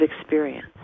experience